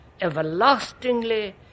everlastingly